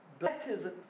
baptism